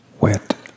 wet